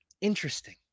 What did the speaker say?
Interesting